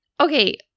Okay